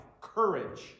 Courage